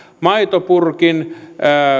maitopurkin